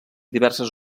diverses